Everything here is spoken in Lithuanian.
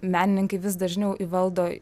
menininkai vis dažniau įvaldo